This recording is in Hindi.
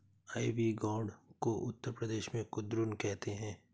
आईवी गौर्ड को उत्तर प्रदेश में कुद्रुन कहते हैं